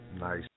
Nice